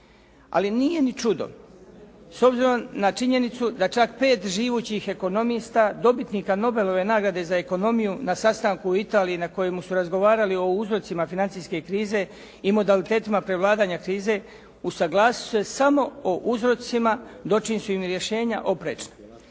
Ali nije ni čudo s obzirom na činjenicu da čak 5 živućih ekonomista dobitnika Nobelove nagrade za ekonomiju na sastanku u Italiji na kojemu su razgovarali o uzrocima financijske krize i modalitetima prevladanja krize usaglasit će samo o uzrocima dočim su im rješenja oprečna.